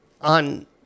on